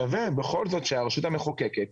שווה בכל זאת שהרשות המחוקקת,